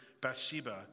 Bathsheba